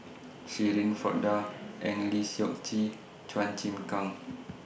Shirin Fozdar Eng Lee Seok Chee Chua Chim Kang